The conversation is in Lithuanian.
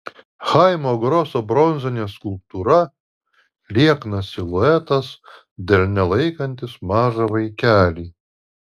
chaimo groso bronzinė skulptūra lieknas siluetas delne laikantis mažą vaikelį